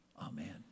Amen